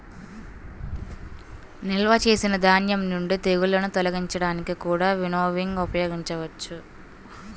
నిల్వ చేసిన ధాన్యం నుండి తెగుళ్ళను తొలగించడానికి కూడా వినోవింగ్ ఉపయోగించవచ్చు